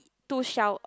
two shower